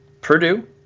Purdue